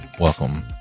welcome